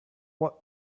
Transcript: what